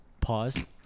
pause